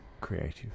creative